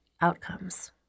outcomes